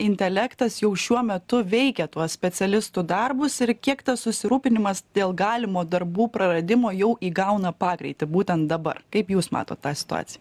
intelektas jau šiuo metu veikia tuos specialistų darbus ir kiek tas susirūpinimas dėl galimo darbų praradimo jau įgauna pagreitį būtent dabar kaip jūs matot tą situaciją